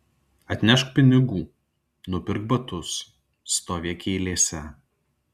atnešk pinigų nupirk batus stovėk eilėse